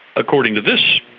according to this,